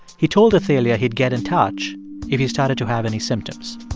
he told athalia he'd get in touch if he started to have any symptoms